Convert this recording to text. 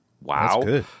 Wow